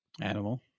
animal